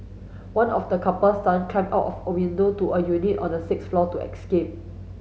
one of the couple's son climbed out of the window to a unit on the sixth floor to escape